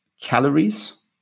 calories